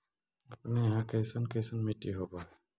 अपने यहाँ कैसन कैसन मिट्टी होब है?